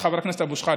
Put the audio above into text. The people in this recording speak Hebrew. חבר הכנסת אבו שחאדה.